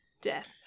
death